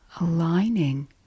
Aligning